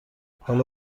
حالا